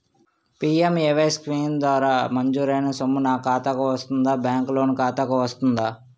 PMAY scheme ద్వారా మంజూరైన సొమ్ము నా ఖాతా కు వస్తుందాబ్యాంకు లోన్ ఖాతాకు వస్తుందా?